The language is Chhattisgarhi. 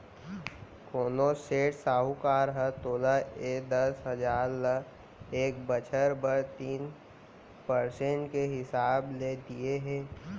कोनों सेठ, साहूकार ह तोला ए दस हजार ल एक बछर बर तीन परसेंट के हिसाब ले दिये हे?